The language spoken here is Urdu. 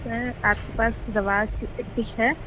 سر آپ کے پاس رواس فش ہے